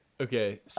Okay